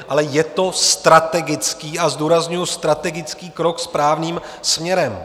Ale je to strategický, a zdůrazňuji, strategický krok správným směrem.